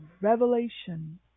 revelation